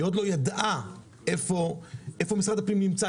היא עוד לא ידעה איפה משרד הפנים נמצא,